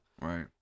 Right